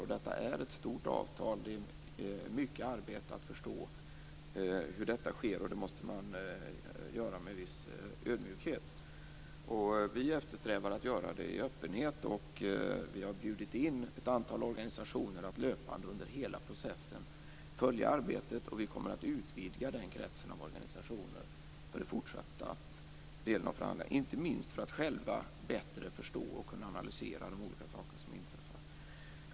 Detta är ett stort avtal, det är mycket arbete att förstå hur detta sker, och det måste man göra med viss ödmjukhet. Vi eftersträvar att göra det i öppenhet. Vi har bjudit in ett antal organisationer att löpande under hela processen följa arbetet, och vi kommer att utvidga den kretsen av organisationer för den fortsatta delen av förhandlingarna. Det gör vi inte minst för att själva bättre förstå och kunna analysera de olika saker som inträffar.